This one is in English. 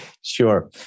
Sure